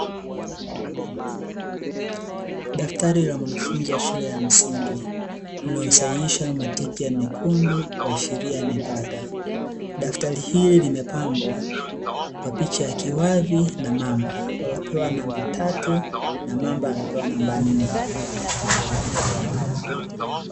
Daftari la mwanafunzi wa shule ya msingi lililosahihishwa matiki ya mekundu kuashiria amepata. Daftari hili limepambwa kwa picha ya kiwavi na mamba, walopewa namba tatu na mamba amepewa namba nne.